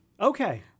Okay